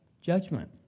Judgment